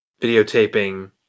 videotaping